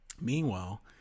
Meanwhile